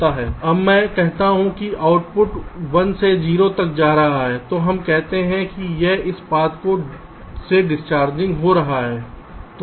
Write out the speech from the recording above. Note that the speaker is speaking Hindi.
अब जब मैं कहता हूं कि आउटपुट 1 से 0 तक जा रहा है तो हम कहते हैं कि यह इस पाथ से डिसचार्जिंग हो रहा है